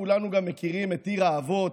כולנו מכירים את עיר האבות,